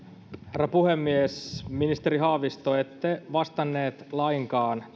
herra puhemies ministeri haavisto ette vastannut lainkaan